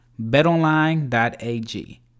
betonline.ag